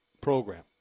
program